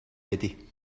بدی